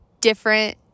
different